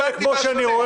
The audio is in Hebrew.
לא הבנתי מה שונה.